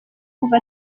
kuva